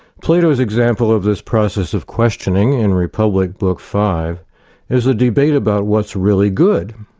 plato's example of this process of questioning in republic book five is a debate about what's really good.